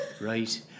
Right